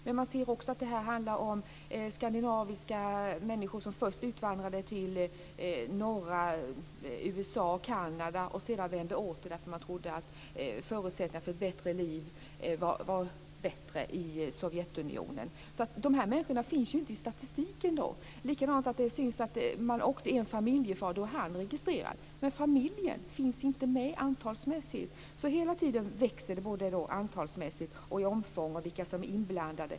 Men man ser också att detta handlar om skandinaviska människor som först utvandrade till norra USA och Kanada och sedan vände om därför att de trodde att förutsättningarna för ett bättre liv var större i Sovjetunionen. Dessa människor finns därför inte i statistiken. På samma sätt kan man i fråga om familjer se att bara familjefadern är registrerad. Men de övriga i familjen finns inte med. Därför växer detta i fråga om antalet personer, omfång och inblandade.